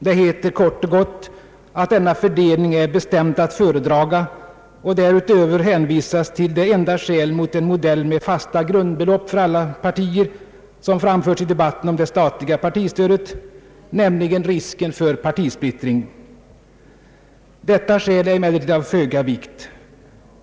Det heter kort och gott att denna fördelning är »bestämt att föredraga», och därutöver hänvisas till det enda skäl mot en modell med fasta grundbelopp för alla partier som framförts i debatten om det statliga partistödet, nämligen risken för partisplittring. Detta skäl är emellertid av föga vikt.